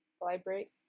library